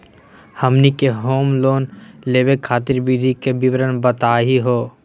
हमनी के home loan लेवे खातीर विधि के विवरण बताही हो?